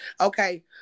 Okay